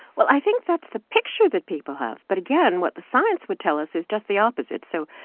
well, i think that's the picture that people have. but again, what the science would tell us is just the opposite. so,